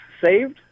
Saved